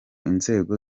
inzego